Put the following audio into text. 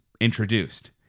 introduced